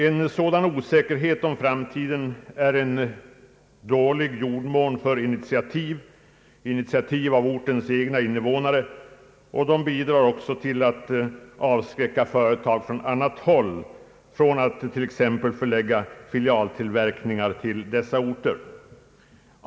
En sådan osäkerhet beträffande framtiden är en dålig jordmån för initiativ från ortens egna invånare, och detta bidrar också till att avskräcka företag från annat håll att förlägga exempelvis filialtillverkning till dessa orter.